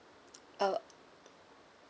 uh